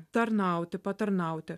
tarnauti patarnauti